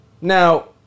Now